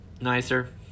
nicer